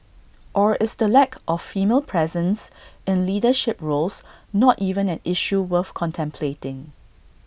or is the lack of female presence in leadership roles not even an issue worth contemplating